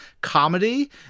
comedy